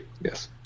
Yes